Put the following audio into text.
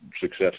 success